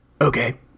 Okay